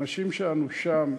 האנשים שלנו שם.